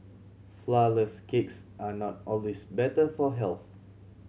flourless cakes are not always better for health